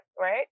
right